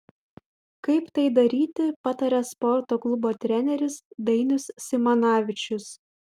kaip tai daryti pataria sporto klubo treneris dainius simanavičius